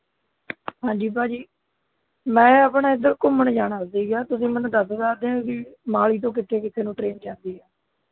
ਹਾਂਜੀ ਭਾਅ ਜੀ ਮੈਂ ਆਪਣਾ ਇੱਧਰ ਘੁੰਮਣ ਜਾਣਾ ਸੀ ਤੁਸੀਂ ਮੈਨੂੰ ਦੱਸ ਸਕਦੇ ਹੋ ਕੀ ਮੋਹਾਲੀ ਤੋਂ ਕਿੱਥੇ ਕਿੱਥੇ ਨੂੰ ਟਰੇਨ ਜਾਂਦੀ ਹੈ